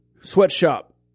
sweatshop